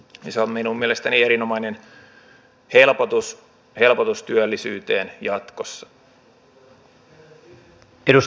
se on minun mielestäni erinomainen helpotus työllisyyteen jatkossa